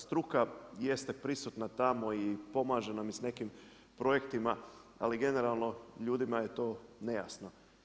Struka jeste prisutna tamo i pomaže nam i sa nekim projektima ali generalno ljudima je to nejasno.